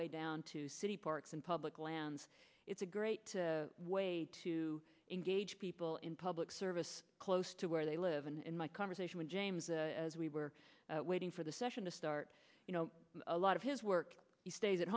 way down to city parks and public lands it's a great way to engage people in public service close to where they live and in my conversation with james a we were waiting for the session to start you know a lot of his work he stays at